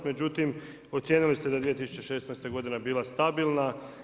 Međutim, ocijenili ste da je 2016. godina bila stabilna.